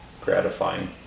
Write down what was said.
gratifying